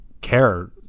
care